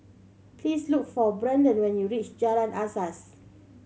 please look for Branden when you reach Jalan Asas